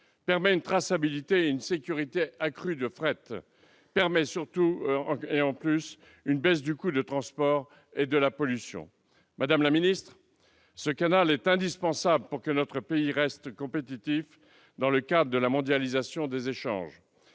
une traçabilité et une sécurité accrues du fret et, surtout, une baisse du coût du transport et de la pollution. Madame la ministre, ce canal est indispensable pour que notre pays reste compétitif dans le cadre de la mondialisation des échanges.